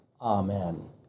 Amen